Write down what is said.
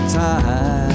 time